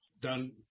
done